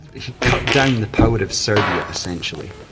he cut down the power of serbia essentially.